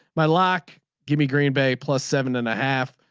my lock. give me green bay plus seven and a half.